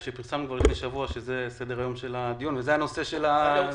כשפרסמנו כבר לפני שבוע שזה יהיה סדר-היום של הדיון וזה הנושא של הדיון.